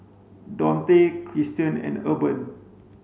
Donte Christian and Urban